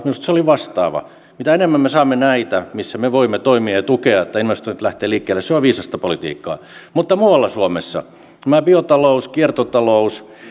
minusta se oli vastaava mitä enemmän me saamme näitä missä me voimme toimia ja tukea että investoinnit lähtevät liikkeelle se on viisasta politiikkaa mutta muualla suomessa biotalous ja kiertotalous